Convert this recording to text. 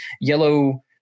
yellow